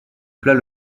plat